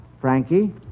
Frankie